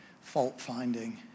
fault-finding